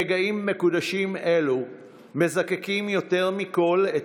רגעים מקודשים אלו מזקקים יותר מכול את